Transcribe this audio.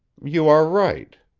you are right.